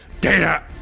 Data